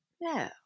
No